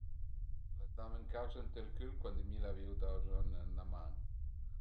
L'as dame ün caus ënt ël cül cuand mi l'avìu da buzugn d'üna man